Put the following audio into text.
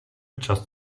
čas